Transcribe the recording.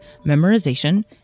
memorization